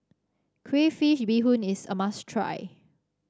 Crayfish Beehoon is a must try